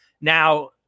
Now